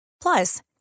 plus